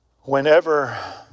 Whenever